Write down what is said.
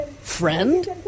friend